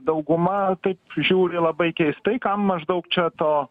dauguma tai žiūri labai keistai kam maždaug čia to